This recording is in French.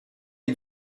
est